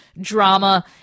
drama